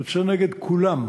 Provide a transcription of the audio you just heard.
יוצא נגד כולם: